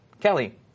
kelly